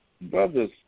brothers